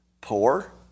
poor